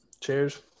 Cheers